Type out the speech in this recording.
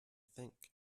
think